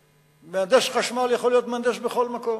שמהנדס חשמל יכול להיות מהנדס בכל מקום.